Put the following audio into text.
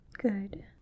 Good